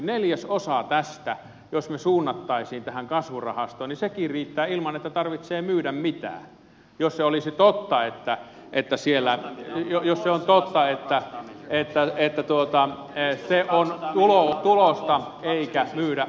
neljäsosakin tästä jos me suuntaisimme tähän kasvurahastoon riittää ilman että tarvitsee myydä mitä jos se olisi totta että että siellä mitään jos se on totta että se on tulosta eikä myydä omaisuutta